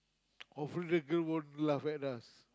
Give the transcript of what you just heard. of the girl wouldn't laugh at us